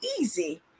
easy